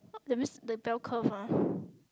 that means the bell curve ah